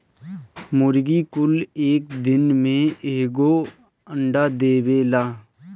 मुर्गी कुल एक दिन में एगो अंडा देवेला